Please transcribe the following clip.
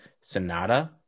Sonata